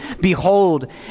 Behold